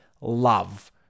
love